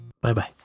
Bye-bye